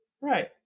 right